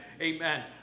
Amen